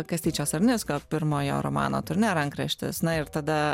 kastyčio sarnicko pirmojo romano turne rankraštis na ir tada